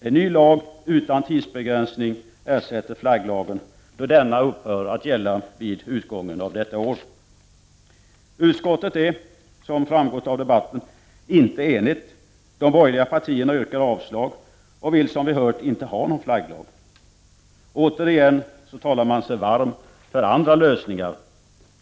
En ny lag utan tidsbegränsning ersätter flagglagen då denna upphör att gälla Utskottet är — som framgått av debatten — inte enigt. De borgerliga partierna yrkar avslag och vill, som vi har hört, inte ha någon flagglag. Återigen talar man sig varm för andra lösningar.